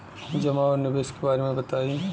जमा और निवेश के बारे मे बतायी?